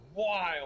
wild